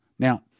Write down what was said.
Now